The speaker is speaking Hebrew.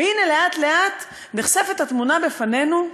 והנה, לאט-לאט נחשפת התמונה בפנינו,